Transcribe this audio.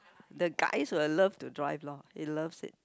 the guys will love to drive lor he loves it